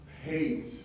hate